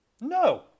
No